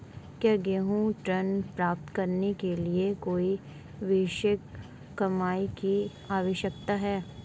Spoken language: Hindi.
क्या गृह ऋण प्राप्त करने के लिए कोई वार्षिक कमाई की आवश्यकता है?